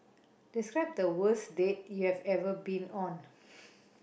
describe the worst date you have ever been on